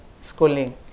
schooling